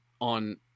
on